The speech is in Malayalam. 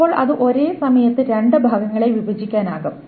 അപ്പോൾ അത് ഒരേ സമയത്ത് രണ്ട് ഭാഗങ്ങളായി വിഭജിക്കാനാകും